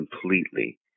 completely